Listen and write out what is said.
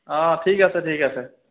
অঁ ঠিক আছে ঠিক আছে